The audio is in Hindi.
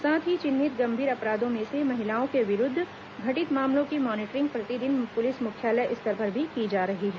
साथ ही चिन्हित गंभीर अपराधों में से महिलाओं के विरूद्व घटित मामलों की मॉनिटरिंग प्रतिदिन पुलिस मुख्यालय स्तर पर भी की जा रही है